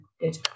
Good